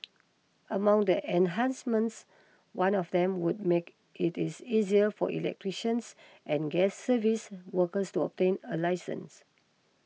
among the enhancements one of them would make it is easier for electricians and gas service workers to obtain a licence